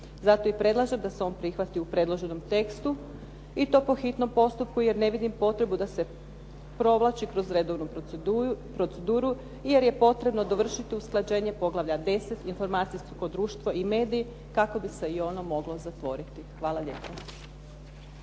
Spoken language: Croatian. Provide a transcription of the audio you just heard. Zato i predlažem da se on prihvati u predloženom tekstu i to po hitnom postupku jer ne vidim potrebu da se provlači kroz redovnu proceduru jer je potrebno dovršiti usklađenje Poglavlja 10 – informacijsko društvo i mediji kako bi se i ono moglo zatvoriti. Hvala lijepa.